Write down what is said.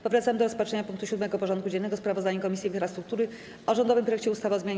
Powracamy do rozpatrzenia punktu 7. porządku dziennego: Sprawozdanie Komisji Infrastruktury o rządowym projekcie ustawy o zmianie